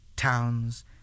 towns